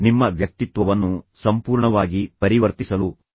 ನಿಮ್ಮ ವ್ಯಕ್ತಿತ್ವವನ್ನು ಸಂಪೂರ್ಣವಾಗಿ ಪರಿವರ್ತಿಸಲು ನಿಮಗೆ ಸಾಧ್ಯವಾಗುತ್ತದೆ